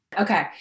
Okay